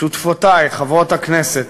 שותפותי, חברות הכנסת